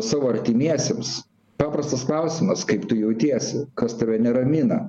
savo artimiesiems paprastas klausimas kaip tu jautiesi kas tave neramina